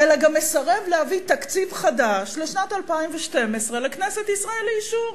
אלא גם מסרב להביא תקציב חדש לשנת 2012 לכנסת ישראל לאישור?